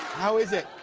how is it?